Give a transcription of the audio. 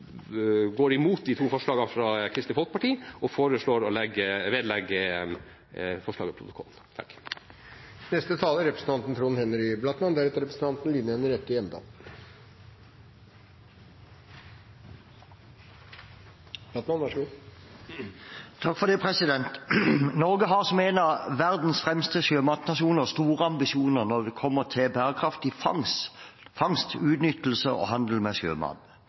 går flertallet imot de to forslagene fra Kristelig Folkeparti, og foreslår at dokumentforslaget vedlegges protokollen. Norge har, som en av verdens fremste sjømatnasjoner, store ambisjoner når det kommer til bærekraftig fangst, utnyttelse og handel med sjømat.